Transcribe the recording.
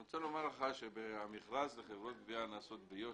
אני רוצה לומר לך שהמכרז לחברות גבייה נעשה ביושר,